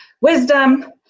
wisdom